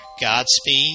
godspeed